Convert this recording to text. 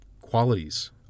qualities